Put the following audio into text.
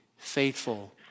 Faithful